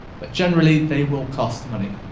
but generally, they will cost money.